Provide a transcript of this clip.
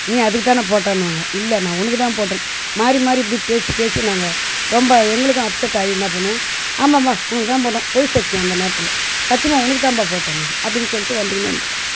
நீ அதுக்கு தானே போடன்னுவாங்க இல்லை நான் உனக்கு தான் போட்டேன்னு மாறி மாறி இப்படி பேசி பேசி நாங்கள் ரொம்ப எங்களுக்கும் அப்செட் ஆகி என்ன பண்ணுவோம் ஆமாம் ஆமாம் உனக்கு தான் போட்டோம் பொய் சத்தியம் அந்த நேரத்தில் சத்தியமாக உனக்கு தாம்பா போட்டோன்னாங்க அப்படின்னு சொல்ளிட்டு வந்துக்கின்னே இருந்துடுவோம்